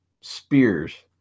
spears